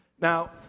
Now